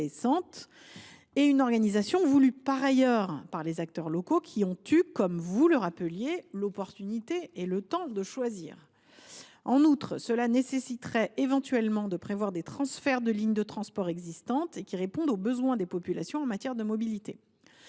et, par ailleurs, voulue par les acteurs locaux qui ont eu, comme vous le rappeliez, l’opportunité et le temps de choisir. En outre, cela nécessiterait éventuellement de prévoir des transferts de lignes de transport existantes et qui répondent aux besoins des populations en matière de mobilité.